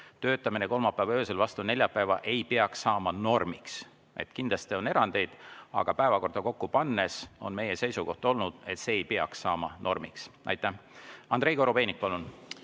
töötamine kolmapäeva öösel vastu neljapäeva ei peaks saama normiks. Kindlasti on erandeid, aga päevakorda kokku pannes on meie seisukoht olnud, et see ei peaks saama normiks. Andrei Korobeinik, palun!